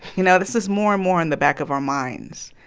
you know, this is more and more in the back of our minds.